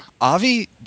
Avi